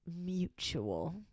Mutual